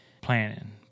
planning